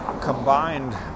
combined